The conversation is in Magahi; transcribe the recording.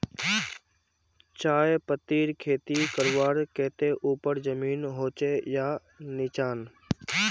चाय पत्तीर खेती करवार केते ऊपर जमीन होचे या निचान?